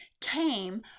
came